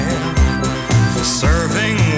Serving